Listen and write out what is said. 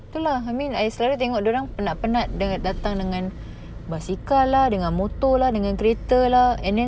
tu lah I mean I selalu tengok dia orang penat-penat datang dengan basikal lah dengan motor lah dengan kereta lah and then